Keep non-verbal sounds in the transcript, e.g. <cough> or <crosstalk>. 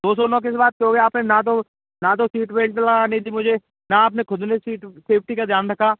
दो सौ नौ किस बात के हो गए आपने ना तो ना तो सीट बेल्ट <unintelligible> थी मुझे ना आपने खुदने सीट सेफ्टी का ध्यान रखा